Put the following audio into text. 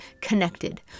connected